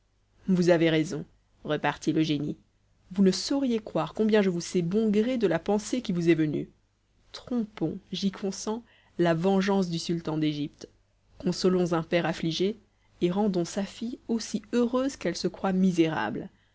vous avez raison repartit le génie vous ne sauriez croire combien je vous sais bon gré de la pensée qui vous est venue trompons j'y consens la vengeance du sultan d'égypte consolons un père affligé et rendons sa fille aussi heureuse qu'elle se croit misérable